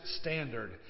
standard